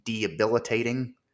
debilitating